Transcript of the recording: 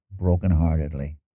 brokenheartedly